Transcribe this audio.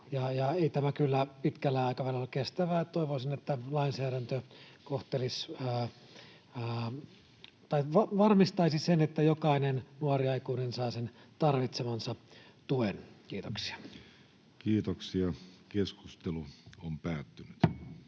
ei tämä kyllä pitkällä aikavälillä ole kestävää. Toivoisin, että lainsäädäntö varmistaisi sen, että jokainen nuori aikuinen saa tarvitsemansa tuen. — Kiitoksia. Toiseen käsittelyyn